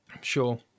sure